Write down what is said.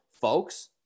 folks